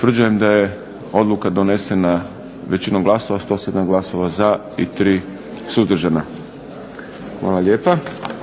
Utvrđujem da je odluka donesena većinom glasova, 107 glasova za i 3 suzdržana. Hvala lijepa.